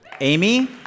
Amy